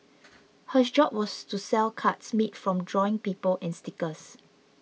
her job was to sell cards made from drawing people and stickers